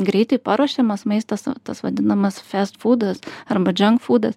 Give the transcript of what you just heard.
greitai paruošiamas maistas tas vadinamas fest fudas arba dženkfudas